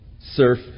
surf